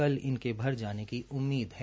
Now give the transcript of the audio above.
कल इनके भर जाने की उममीद है